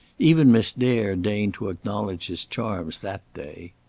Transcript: even miss dare deigned to acknowledge his charms that day.